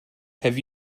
have